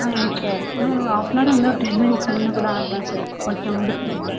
ஆ yes sir இன்னும் half an அவர் இல்லை ஒரு டென் மினிட்ஸ் முன்னே கூட ஆகலாம் சார் கொஞ்சம் முடிச்சிடுவோம் சார்